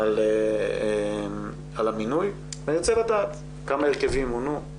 על המינוי ונרצה לדעת כמה הרכבים מונו,